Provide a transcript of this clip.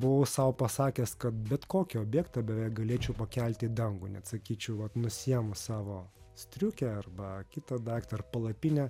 buvau sau pasakęs kad bet kokį objektą beveik galėčiau pakelti į dangų net sakyčiau kad vat nusiėmu savo striukę arba kitą daktarą ar palapinę